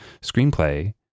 screenplay